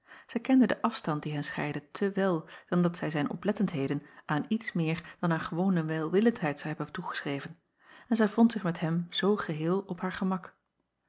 zij kende den afstand die hen scheidde te wel dan dat zij zijn oplettendheden aan iets meer dan aan gewone welwillendheid zou hebben toegeschreven en zij vond zich met hem zoo geheel op haar gemak